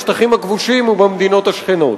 בשטחים הכבושים ובמדינות השכנות.